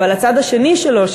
אבל הצד השני שלו,